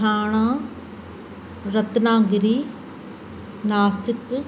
Thane Ratnagiri Nashik